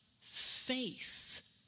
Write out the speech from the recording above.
faith